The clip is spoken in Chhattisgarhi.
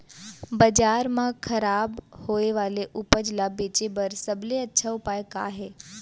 बाजार मा खराब होय वाले उपज ला बेचे बर सबसे अच्छा उपाय का हे?